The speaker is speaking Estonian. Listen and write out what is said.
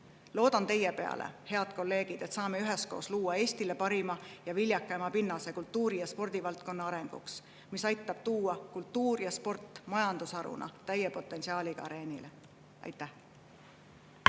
teie peale, head kolleegid, et saame üheskoos luua Eestile parima ja viljakama pinnase kultuuri- ja spordivaldkonna arenguks, mis aitab tuua kultuuri ja spordi majandusharuna täie potentsiaaliga areenile. Millist